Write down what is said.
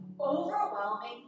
overwhelming